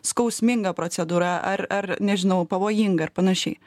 skausminga procedūra ar ar nežinau pavojinga ir panašiai